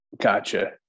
Gotcha